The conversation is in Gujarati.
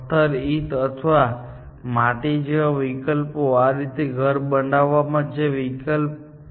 પછી 1 રૂમ હશે 1 દિવાલ આપણે માનીલઈએ છીએ કે અમારી પાસે 4 ઓરડાઓ છે અમારી પાસે લંબચોરસ ઓરડાઓ છે પછી દિવાલ 1 થી દિવાલ 4 અને પછી દરવાજો હોઈ શકે છે